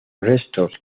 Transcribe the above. restos